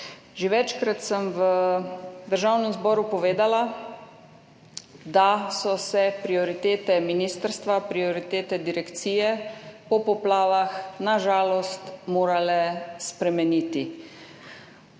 Že večkrat sem v Državnem zboru povedala, da so se prioritete ministrstva, prioritete direkcije po poplavah na žalost morale spremeniti,